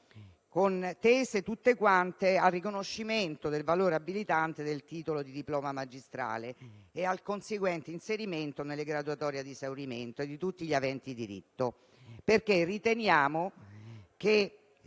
tesi tutti al riconoscimento del valore abilitante del titolo di diploma magistrale e al conseguente inserimento nelle graduatorie ad esaurimento di tutti gli aventi diritto, perché riteniamo che